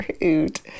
rude